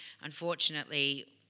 unfortunately